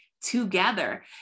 together